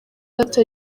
gato